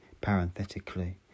parenthetically